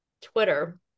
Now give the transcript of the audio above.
Twitter